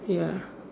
ya